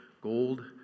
gold